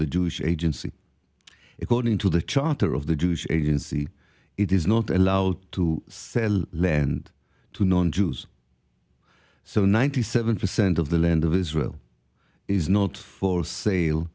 the jewish agency according to the charter of the jewish agency it is not allowed to sell lend to non jews so ninety seven percent of the land of israel is not for sale